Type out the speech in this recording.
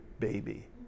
baby